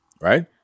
right